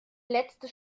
letzte